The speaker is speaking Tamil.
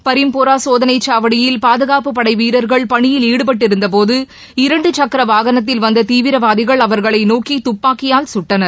பரிம்போரா சோதனை சாவடியில் பாதுகாப்புப்படை வீரர்கள் பணியில் ஈடுபட்டிருந்தபோது இரண்டு சக்கர வாகனத்தில் வந்த தீவிரவாதிகள் அவர்களை நோக்கி துப்பாக்கியால் சுட்டனர்